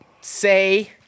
say